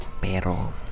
pero